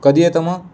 कधी आहे तर मग